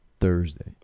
Thursday